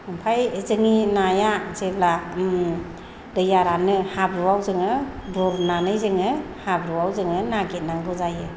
ओमफ्राय जोंनि नाया जेब्ला दैया रानो हाब्रुआव जोङो गुरनानै जोङो हाब्रुआव जोङो नागिरनांगौ जायो